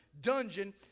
dungeon